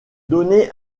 données